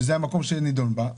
שזו הוועדה שזה נדון בה,